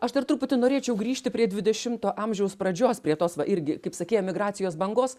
aš dar truputį norėčiau grįžti prie dvidešimto amžiaus pradžios prie tos va irgi kaip sakei emigracijos bangos